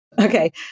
Okay